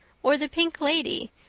or the pink lady,